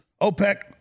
OPEC